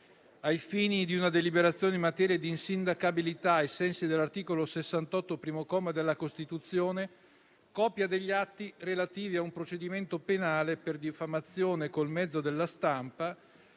ai fini di una deliberazione in materia di insindacabilità, ai sensi dell'articolo 68, primo comma, della Costituzione, copia degli atti relativi a un procedimento penale per diffamazione col mezzo della stampa,